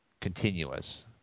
continuous